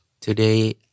Today